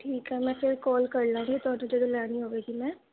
ਠੀਕ ਹੈ ਮੈਂ ਫਿਰ ਕਾਲ ਕਰ ਲਵਾਂਗੀ ਤੁਹਾਨੂੰ ਜਦੋਂ ਲੈਣੀ ਹੋਵੇਗੀ ਮੈਂ